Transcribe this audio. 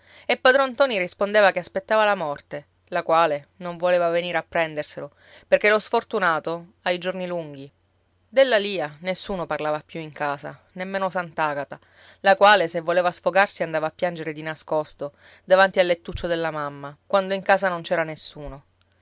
e padron ntoni rispondeva che aspettava la morte la quale non voleva venire a prenderselo perché lo sfortunato ha i giorni lunghi della lia nessuno parlava più in casa nemmeno sant'agata la quale se voleva sfogarsi andava a piangere di nascosto davanti al lettuccio della mamma quando in casa non c'era nessuno